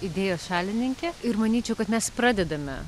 idėjos šalininkė ir manyčiau kad mes pradedame